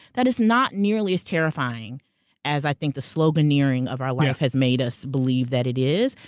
that is not nearly as terrifying as i think the sloganeering of our life has made us believe that it is.